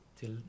Till